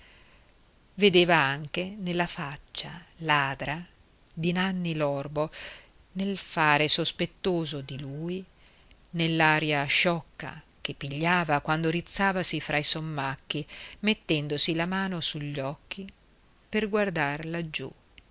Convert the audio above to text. vedeva anche nella faccia ladra di nanni l'orbo nel fare sospettoso di lui nell'aria sciocca che pigliava quando rizzavasi fra i sommacchi mettendosi la mano sugli occhi per guardar laggiù